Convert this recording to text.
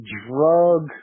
drug –